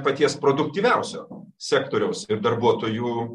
paties produktyviausio sektoriaus ir darbuotojų